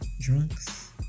drunks